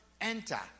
enter